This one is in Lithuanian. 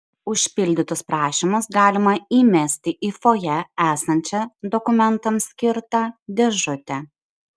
užpildytus prašymus galima įmesti į fojė esančią dokumentams skirtą dėžutę